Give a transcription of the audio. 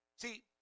See